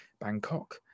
Bangkok